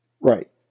Right